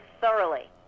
thoroughly